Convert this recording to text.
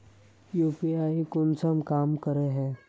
UPI कुंसम काम करे है?